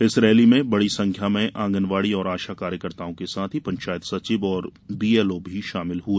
इस रैली में बड़ी संख्या में आंगनबाड़ी और आशा कार्यकर्ताओं के साथ ही पंचायत सचिव और बीएलओ भी शामिल हुए